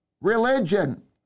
religion